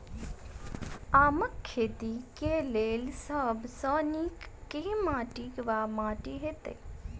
आमक खेती केँ लेल सब सऽ नीक केँ माटि वा माटि हेतै?